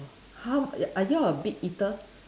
!huh! are you all a big eater